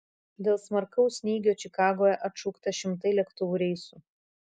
dėl smarkaus snygio čikagoje atšaukta šimtai lėktuvų reisų